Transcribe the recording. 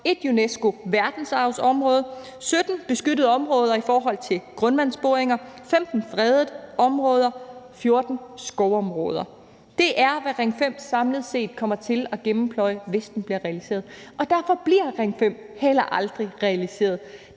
1 UNESCO-verdensarvsområde, 17 beskyttede områder i forhold til grundvandsboringer, 15 fredede områder og 14 skovområdet. Det er, hvad Ring 5 samlet set kommer til at gennempløje, hvis den bliver realiseret, og derfor bliver Ring 5 heller aldrig realiseret.